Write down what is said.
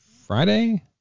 Friday